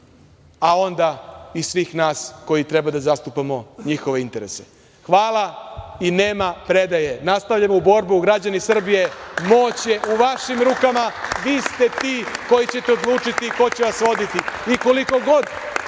a onda i svih nas koji treba da zastupamo njihove interese. Hvala, i nema predaje. Nastavljamo borbu, građani Srbije, moć je u vašim rukama. Vi ste ti koji ćete odlučiti ko će vas voditi i koliko god